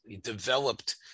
developed